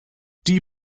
die